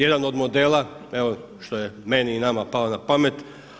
Jedan od modela evo što je meni i nama palo na pamet.